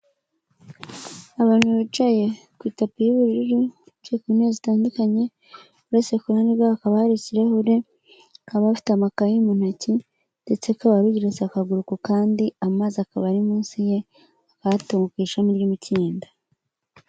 Abantu bicaye ku itapi y'ubururu, bicye ku ntebe zitandukanye, buri wese iruhande rwe hakaba hari ikirahure, bakaba bafite amakaye mu ntoki ndetse bakaba bateretse akaguru ku kandi amazi akaba ari munsi ye, ku ishami ry'imikindo.